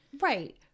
Right